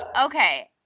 Okay